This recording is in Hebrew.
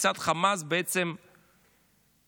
כיצד חמאס בעצם מצליח